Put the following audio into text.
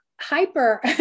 hyper